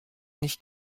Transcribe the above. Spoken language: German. nicht